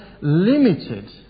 limited